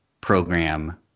program